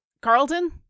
Carlton